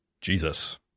Jesus